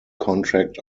contract